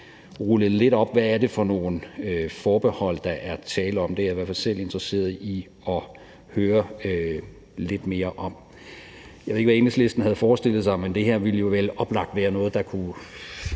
rullet lidt ud, hvad det er for nogle forbehold, der er tale om. Det er jeg i hvert fald selv interesseret i at høre lidt mere om. Jeg ved ikke, hvad Enhedslisten havde forestillet sig, men det her ville jo oplagt være noget, der,